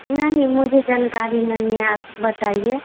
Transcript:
नहीं मुझे जानकारी नहीं है आप बताइए